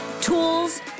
tools